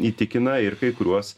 įtikina ir kai kuriuos